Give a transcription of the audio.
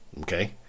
Okay